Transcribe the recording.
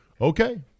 Okay